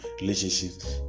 relationships